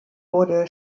wurde